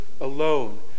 alone